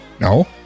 no